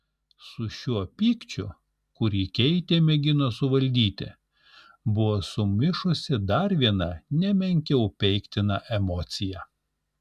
su šiuo pykčiu kurį keitė mėgino suvaldyti buvo sumišusi dar viena ne menkiau peiktina emocija